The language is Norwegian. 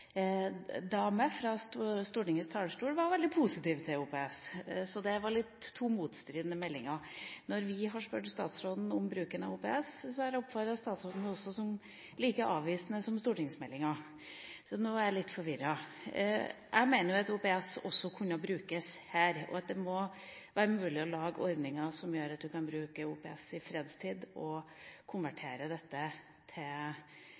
Da vi spurte statsråden om bruken av OPS, oppfattet jeg statsråden som like avvisende som stortingsmeldinga, så nå er jeg litt forvirret. Jeg mener at OPS også kunne brukes her, og at det må være mulig å lage ordninger som gjør at man kan bruke OPS i fredstid og konvertere dette til